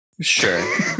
Sure